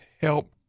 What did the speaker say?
help